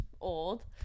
old